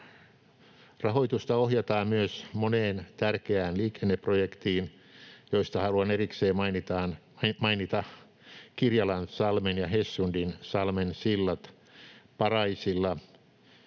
Rahoitusta ohjataan myös moneen tärkeään liikenneprojektiin, joista haluan erikseen mainita Kirjalansalmen ja Hessundinsalmen sillat Paraisilla.